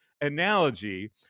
analogy